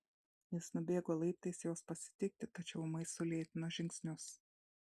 jis nubėgo laiptais jos pasitikti tačiau ūmai sulėtino žingsnius